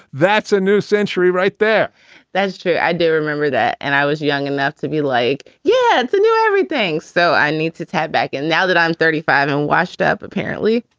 that's a new century right there that's true. i do remember that. and i was young enough to be like, yeah yes, i knew everything. so i need to to head back. and now that i'm thirty five and washed up, apparently.